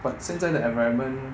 but 现在的 environment